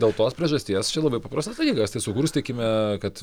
dėl tos priežasties čia labai paprastas dalykas tai sukurs tikime kad